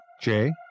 Jay